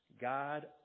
God